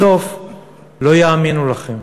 בסוף לא יאמינו לכם.